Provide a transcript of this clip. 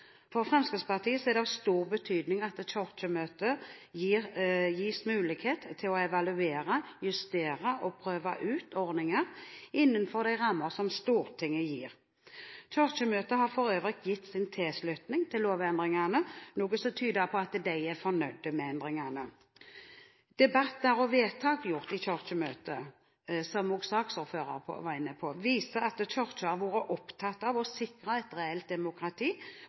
For Fremskrittspartiet er det av stor betydning at Kirkemøtet gis mulighet til å evaluere, justere og prøve ut ordninger innenfor de rammer som Stortinget gir. Kirkemøtet har for øvrig gitt sin tilslutning til lovendringene, noe som tyder på at de er fornøyd med endringene. Debatter og vedtak gjort i Kirkemøtet viser – som også saksordføreren var inne på – at Kirken har vært opptatt av å sikre et reelt demokrati,